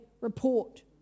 report